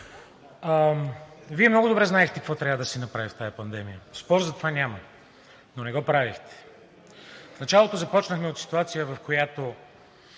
Вие много добре знаехте какво трябва да се направи в тази пандемия – спор за това няма, но не го правехте. В началото започнахме от ситуация, в която